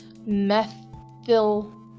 methyl